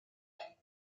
that